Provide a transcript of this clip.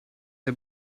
der